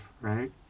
right